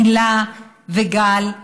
הילה וגל,